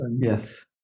yes